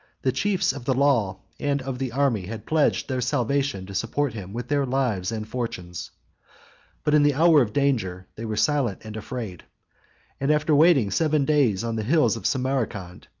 the chiefs of the law and of the army had pledged their salvation to support him with their lives and fortunes but in the hour of danger they were silent and afraid and, after waiting seven days on the hills of samarcand,